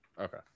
Okay